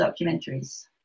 documentaries